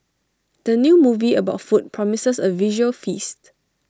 the new movie about food promises A visual feast